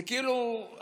זה כאילו,